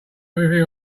everything